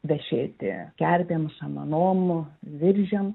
vešėti kerpėm samanom viržiam